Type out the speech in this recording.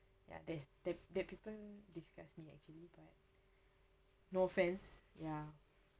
ya there's that that people disgust me actually but no offence ya